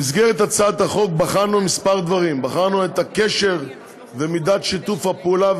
במסגרת הצעת החוק בחנו כמה דברים: בחנו את הקשר ומידת שיתוף הפעולה,